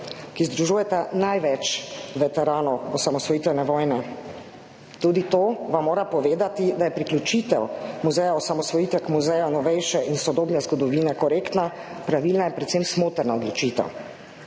ki združujeta največ veteranov osamosvojitvene vojne. Tudi to vam mora povedati, da je priključitev Muzeja slovenske osamosvojitve k Muzeju novejše in sodobne zgodovine korektna, pravilna in predvsem smotrna odločitev.